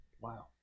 wow